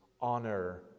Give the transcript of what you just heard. honor